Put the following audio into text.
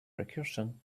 recursion